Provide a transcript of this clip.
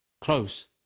close